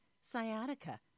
sciatica